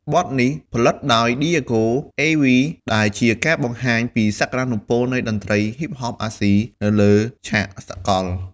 បទនេះផលិតដោយ Diego Ave ដែលជាការបង្ហាញពីសក្ដានុពលនៃតន្ត្រីហ៊ីបហបអាស៊ីនៅលើឆាកសកល។